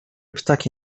ptaki